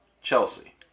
Chelsea